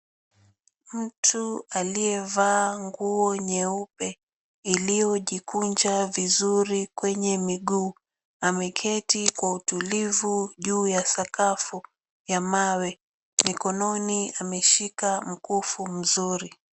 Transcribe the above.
Mtu aliyevaa nguo nyeupe iliojikunja vizuri kwenye miguu ameketi kwa utulivu juu ya sakafu ya mawe. Mkononi ameshika mkufu mzuri.